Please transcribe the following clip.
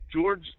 George